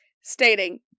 stating